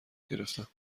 گرفتم